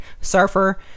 surfer